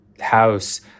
house